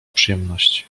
przyjemności